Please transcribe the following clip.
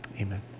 amen